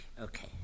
Okay